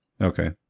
okay